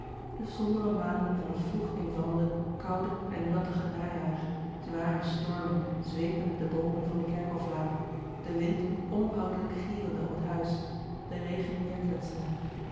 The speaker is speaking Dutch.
de sombere maanden van het vroeg invallende koude en nattige najaar zware stormen zweepende de louis couperus de boeken der kleine zielen boomen van de kerkhoflaan de wind onophoudelijk gierende om het huis de regen neêrkletsende